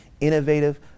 innovative